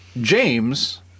James